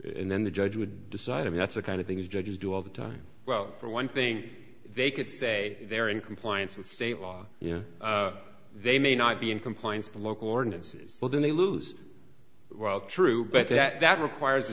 and then the judge would decide if that's the kind of things judges do all the time well for one thing they could say they're in compliance with state law you know they may not be in compliance the local ordinances well then they lose well true but that requires a